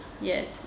Yes